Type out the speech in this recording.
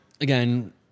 again